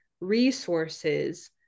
resources